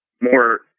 more